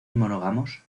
monógamos